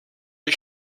est